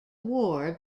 war